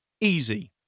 Easy